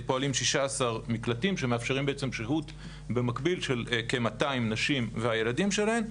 בישראל פועלים 16 מקלטים שמאפשרים שהות במקביל של כ-200 נשים וילדיהן,